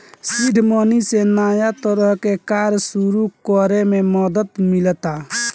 seed money से नया तरह के कार्य सुरू करे में मदद मिलता